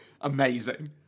Amazing